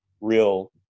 real